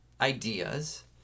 ideas